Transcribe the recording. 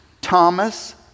Thomas